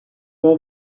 all